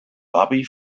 bobby